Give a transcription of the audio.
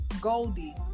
Goldie